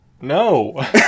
No